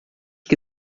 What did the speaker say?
que